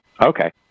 Okay